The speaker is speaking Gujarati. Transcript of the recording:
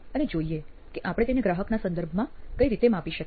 અને જોઈએ કે આપણે તેને ગ્રાહકના સંદર્ભમાં કઈ રીતે માપી શકીએ